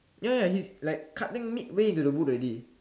ya ya he's like cutting midway into the wood already